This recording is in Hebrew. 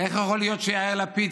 איך יכול להיות שיאיר לפיד,